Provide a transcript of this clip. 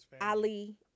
Ali